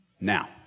Now